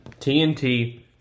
TNT